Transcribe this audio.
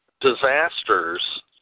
disasters